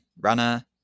runner